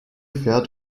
fährt